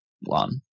one